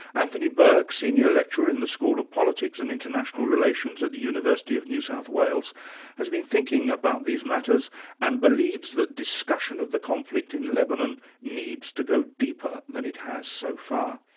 anthony burke, senior lecturer in the school of politics and international relations at the university of new south wales has been thinking about these matters and believes that discussion of the conflict in lebanon needs to go deeper than it has so far.